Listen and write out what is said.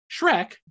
Shrek